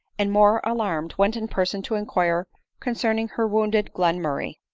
and more alarmed, went in person to inquire concerning her wound ed glenmurray.